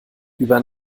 über